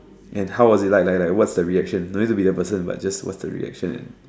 and how was it like like what's the reaction don't need to be the person but just what's the reaction and